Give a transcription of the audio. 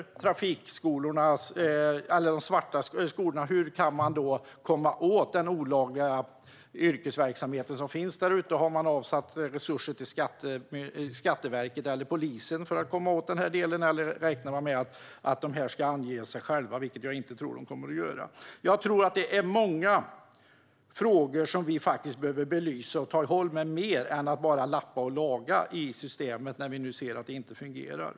Hur kan man komma åt den olagliga yrkesverksamhet som finns i de svarta trafikskolorna där ute? Har man avsatt resurser till Skatteverket eller polisen för att komma åt detta, eller räknar man med att de ska ange sig själva? Det tror jag inte att de kommer att göra. Det är många frågor som vi behöver belysa och ta itu med, och vi behöver göra mer än att bara lappa och laga i systemet när vi ser att det inte fungerar.